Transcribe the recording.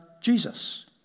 Jesus